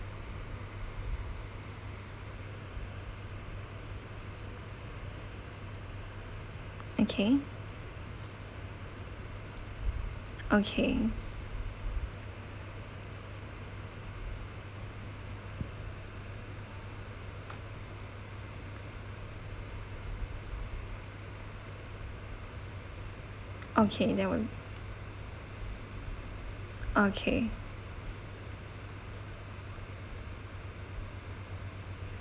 okay okay okay that will okay